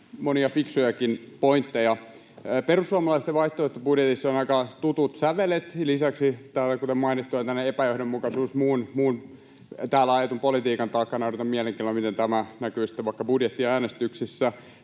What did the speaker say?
monia fiksujakin pointteja. Perussuomalaisten vaihtoehtobudjetissa on aika tutut sävelet. Lisäksi täällä, kuten mainittua, on tämä epäjohdonmukaisuus muun täällä ajetun politiikan takana. Odotan mielenkiinnolla, miten tämä näkyy sitten vaikka budjettiäänestyksissä.